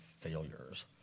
failures